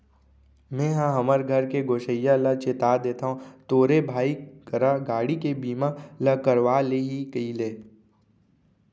मेंहा हमर घर के गोसइया ल चेता देथव तोरे भाई करा गाड़ी के बीमा ल करवा ले ही कइले